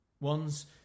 Ones